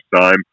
time